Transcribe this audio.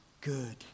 good